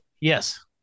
Yes